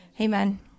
amen